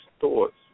thoughts